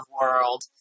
world